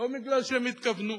ולא מפני שהם התכוונו.